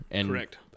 Correct